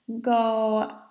go